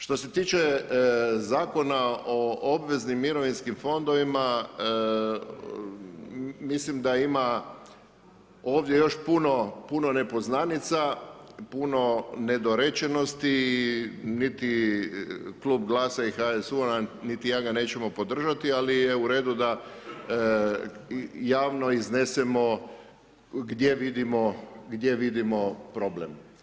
Što se tiče Zakona o obveznim mirovinskim fondovima, mislim da ima ovdje još puno nepoznanica, puno nedorečenosti i niti Klub GLASA-a i HSU-a, niti ja, ga nećemo podržati, ali je u redu javno iznesemo gdje vidimo, gdje vidimo problem.